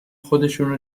خودشونو